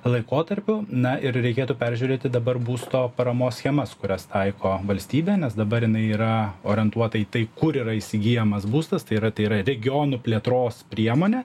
laikotarpiu na ir reikėtų peržiūrėti dabar būsto paramos schemas kurias taiko valstybė nes dabar jinai yra orientuota į tai kur yra įsigyjamas būstas tai yra tai yra regionų plėtros priemonė